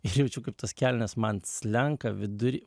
ir jaučiu kaip tos kelnės man slenka vidury